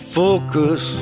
focus